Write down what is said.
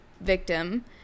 victim